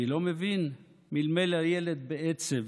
אני לא מבין, מלמל הילד בעצב,